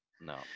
no